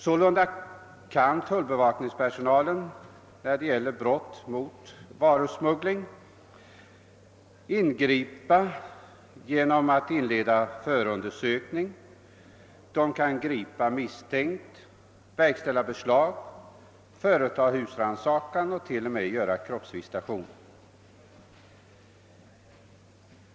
Sålunda kan bevakningspersonalen när det gäller varusmuggling ingripa genom att inleda förundersökning, gripa misstänkt, verkställa beslag, företa husrannsakan samt t.o.m. göra kroppsvisitation.